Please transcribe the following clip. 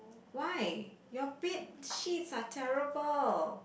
why your bedsheets are terrible